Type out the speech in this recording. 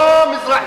לא מזרח תיכון.